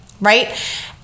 right